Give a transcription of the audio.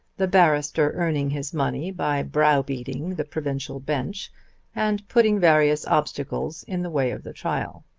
the barrister earning his money by brow-beating the provincial bench and putting various obstacles in the way of the trial.